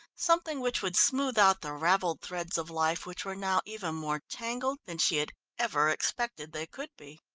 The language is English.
something which would smooth out the ravelled threads of life which were now even more tangled than she had ever expected they could be.